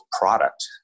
product